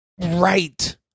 Right